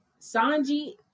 Sanji